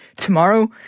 tomorrow